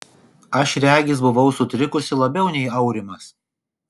aš regis buvau sutrikusi labiau nei aurimas